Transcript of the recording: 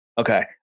okay